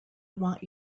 want